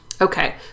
Okay